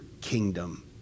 kingdom